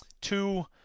two